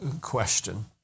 question